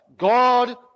God